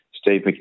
Steve